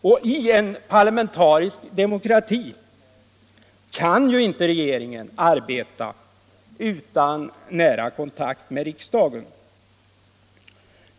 Men i en parlamentarisk demokrati kan ju inte regeringen arbeta utan nära kontakt med riksdagen.